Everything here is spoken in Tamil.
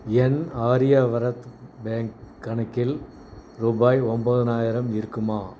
என் ஆரியவரத் பேங்க் கணக்கில் ரூபாய் ஒன்போதுனாயிரம் இருக்குமா